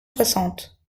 soixante